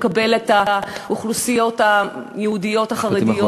לקבל את האוכלוסיות היהודיות החרדיות,